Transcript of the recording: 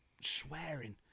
swearing